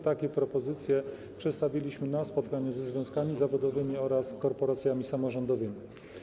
Takie propozycje przedstawiliśmy na spotkaniu ze związkami zawodowymi oraz korporacjami samorządowymi.